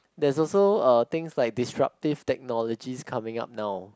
there's also uh things like disruptive technologies coming out now